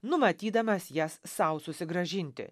numatydamas jas sau susigrąžinti